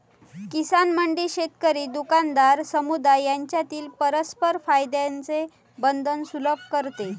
किसान मंडी शेतकरी, दुकानदार, समुदाय यांच्यातील परस्पर फायद्याचे बंधन सुलभ करते